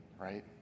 right